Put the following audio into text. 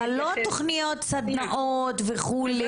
אבל לא תוכניות, סדנאות וכו'.